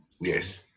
yes